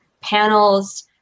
panels